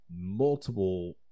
Multiple